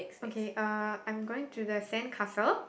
okay uh I'm going to the sandcastle